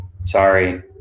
Sorry